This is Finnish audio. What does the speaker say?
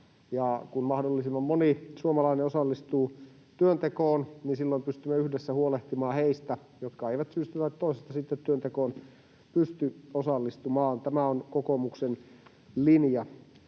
Kun mahdollisimman moni suomalainen osallistuu työntekoon, silloin pystymme yhdessä huolehtimaan heistä, jotka eivät syystä tai toisesta sitten työntekoon pysty osallistumaan. Tämä on kokoomuksen linja.